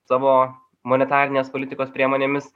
savo monetarinės politikos priemonėmis